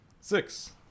Six